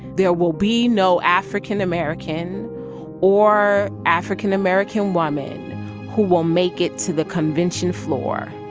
there will be no african american or african american woman who will make it to the convention floor.